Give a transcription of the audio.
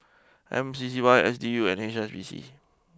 M C C Y S D U and H S B C